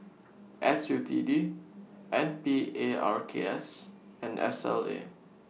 S U T D N P A R K S and S L A